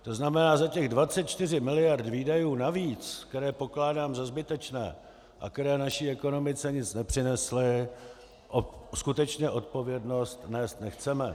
To znamená, za 24 mld. výdajů navíc, které pokládám za zbytečné a které naší ekonomice nic nepřinesly, skutečně odpovědnost nést nechceme.